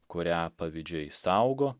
kurią pavydžiai saugo